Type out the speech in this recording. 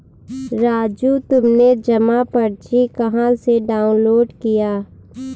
राजू तुमने जमा पर्ची कहां से डाउनलोड किया?